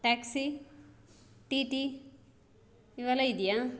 taxi T T ಇವೆಲ್ಲ ಇದೆಯಾ